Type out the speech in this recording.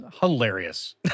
hilarious